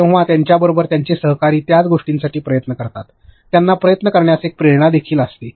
जेव्हा त्यांच्याबरोबर त्यांचे सहकारी त्याच गोष्टीसाठी प्रयत्न करीत असतात त्यांना प्रयत्न करण्यास एक प्रेरणा देखील असेल